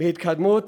מהתקדמות